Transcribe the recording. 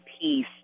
peace